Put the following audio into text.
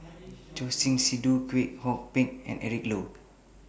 Choor Singh Sidhu Kwek Hong Png and Eric Low